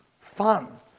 fun